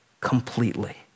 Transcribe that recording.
completely